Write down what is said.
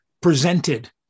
presented